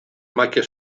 macchie